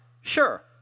Sure